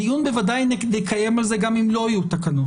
דיון בוודאי נקיים על זה, גם אם לא יהיו תקנות.